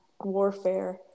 warfare